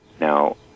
Now